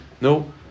No